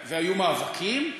היו מאבקים,